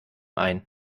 ein